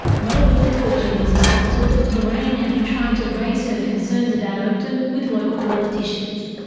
well before jim was assaulted, lorraine had been trying to raise her concerns about oakden with local politicians.